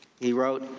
he wrote,